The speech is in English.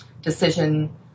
decision